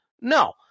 No